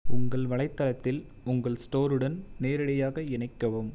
உங்கள் வலைத்தளத்தில் உங்கள் ஸ்டோருடன் நேரடியாக இணைக்கவும்